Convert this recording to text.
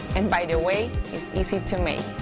and by the way, it's easy to make.